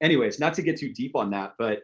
anyways, not to get too deep on that, but